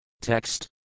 Text